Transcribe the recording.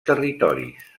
territoris